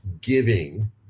giving